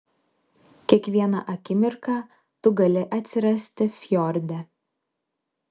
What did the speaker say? kiekvieną akimirką tu gali atsirasti fjorde